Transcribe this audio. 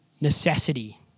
necessity